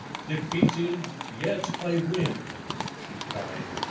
defeated, yet i win she cried,